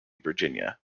virginia